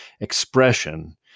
expression